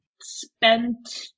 spent